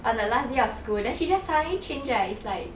on the last day of school then she just suddenly change eh is like